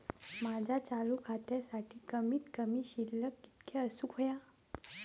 माझ्या चालू खात्यासाठी कमित कमी शिल्लक कितक्या असूक होया?